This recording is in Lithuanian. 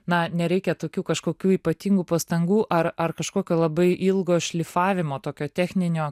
na nereikia tokių kažkokių ypatingų pastangų ar ar kažkokio labai ilgo šlifavimo tokio techninio